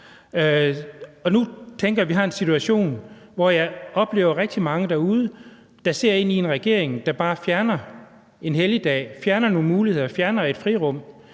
Jeg tænker, at vi nu har en situation, hvor jeg oplever rigtig mange derude, der ser en regering, som bare fjerner en helligdag, fjerner nogle muligheder, fjerner et frirum